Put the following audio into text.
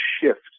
shift